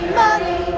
money